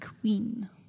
Queen